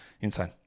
insane